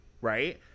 Right